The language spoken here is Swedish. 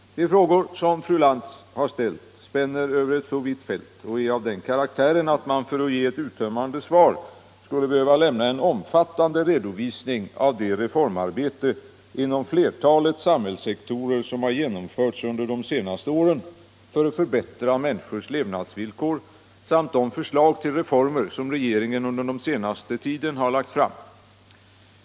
De frågor som fru Lantz har ställt spänner över ett så vitt fält och är av den karaktären att man för att ge ett uttömmande svar skulle behöva lämna en omfattande redovisning av det reformarbete inom flertalet samhällssektorer som har genomförts under de senaste åren för att förbättra människors levnadsvillkor samt de förslag till reformer som regeringen under den senaste tiden har lagt fram.